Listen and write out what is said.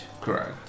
Correct